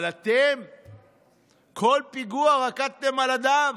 אבל בכל פיגוע אתם רקדתם על הדם.